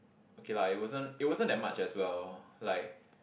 okay lah it wasn't it wasn't that much as well like